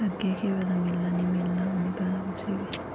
अग्गें केह् पता मिलना जां नेईं मिलना ओह् निं पता कुसै गी बी